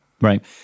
Right